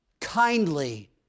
kindly